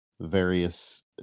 various